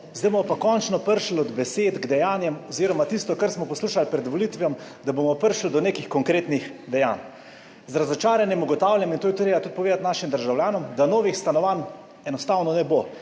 zdaj bomo pa končno prišli od besed k dejanjem oziroma tisto, kar smo poslušali pred volitvami, da bomo prišli do nekih konkretnih dejanj. Z razočaranjem ugotavljam in to je treba tudi povedati našim državljanom, da novih stanovanj enostavno ne bo.